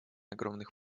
огромных